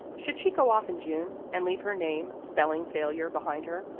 should she go off in june and leave her name spelling failure behind her?